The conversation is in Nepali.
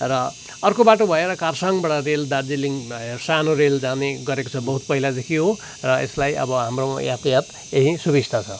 र अर्को बाटो भएर खरसाङबाट रेल दार्जिलिङ भएर सानो रेल जाने गरेको छ बहुत पहिलादेखि हो यसलाई अब हाम्रो यातायात यही सुबिस्ता छ